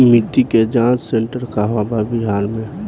मिटी के जाच सेन्टर कहवा बा बिहार में?